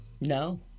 No